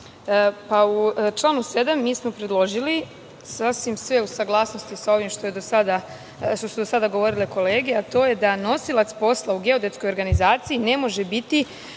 članu 7. smo predložili, sasvim je sve u saglasnosti sa ovim što su do sada govorile kolege, a to je da nosilac posla u geodetskoj organizaciji ne može biti